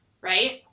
Right